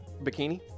Bikini